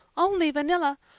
only vanilla.